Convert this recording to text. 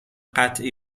قطعی